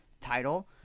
title